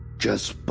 just